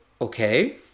Okay